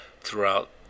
throughout